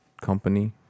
company